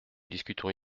discutons